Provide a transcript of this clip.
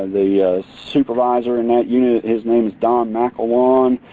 the supervisor in that unit. his name is don mackelwon.